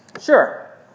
Sure